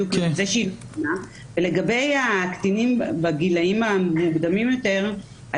ולגבי הקטינים בגילאים המוקדמים יותר,